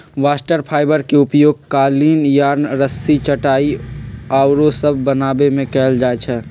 bast fibre के उपयोग कालीन, यार्न, रस्सी, चटाइया आउरो सभ बनाबे में कएल जाइ छइ